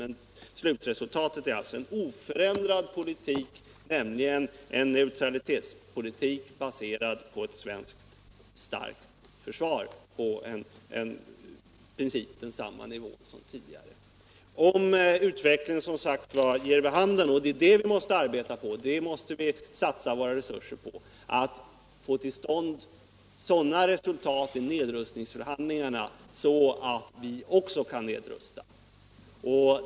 Men slutresultatet är alltså en oförändrad politik, nämligen en neutralitetspolitik baserad på ett starkt svenskt försvar på i princip samma nivå som tidigare. Om utvecklingen ger vid handen — och det är detta vi måste arbeta för och satsa våra resurser på — att vi får till stånd resultat i nedrustningsförhandlingarna kan vi också nedrusta.